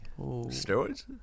Steroids